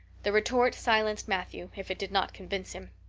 the retort silenced matthew if it did not convince him.